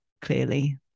clearly